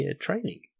training